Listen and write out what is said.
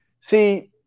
see